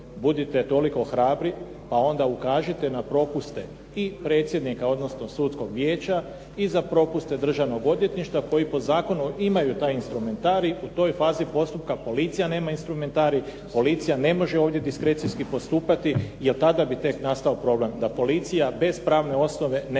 Budite toliko hrabri, pa onda ukažite na propuste i predsjednika, odnosno sudskog vijeća i za propuste državnog odvjetništva koji po zakonu imaju taj instrumentarij. U toj fazi postupka policija nema instrumentarij, policija ne može ovdje diskrecijski postupati, jer tada bi tek nastao problem. Da policija bez pravne osnove nekoga